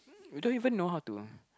you don't even know how to